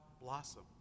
blossom